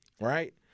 right